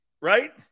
Right